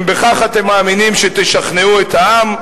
אם בכך אתם מאמינים שתשכנעו את העם,